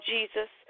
Jesus